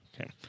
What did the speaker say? Okay